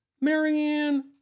Marianne